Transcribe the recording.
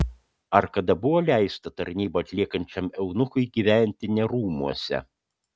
ar kada buvo leista tarnybą atliekančiam eunuchui gyventi ne rūmuose